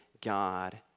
God